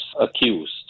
accused